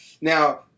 Now